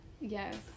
yes